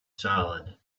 solid